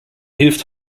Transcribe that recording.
hilft